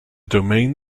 domain